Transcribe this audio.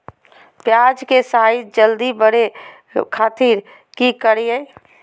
प्याज के साइज जल्दी बड़े खातिर की करियय?